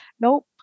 Nope